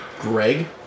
Greg